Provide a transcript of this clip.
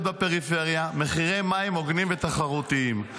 בפריפריה מחירי מים הוגנים ותחרותיים.